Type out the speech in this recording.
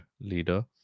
leader